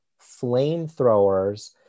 flamethrowers